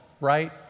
right